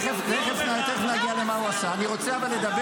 הוא --- מה הוא עשה?